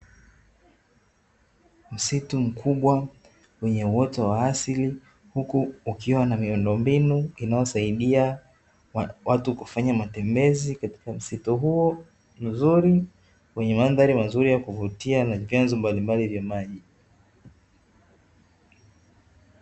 msitu mkubwa wenye uoto wa asili huku ukiwa na miundo mbinu, inayosaidia watu kufanya matembezi katika msitu huo mzuri wenye mandhari nzuri ya kuvutia na vyanzo mbalimbali vya maji.